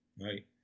right